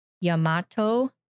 Yamato